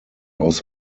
aus